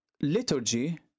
liturgy